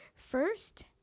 First